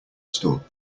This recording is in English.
store